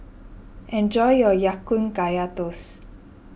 enjoy your Ya Kun Kaya Toast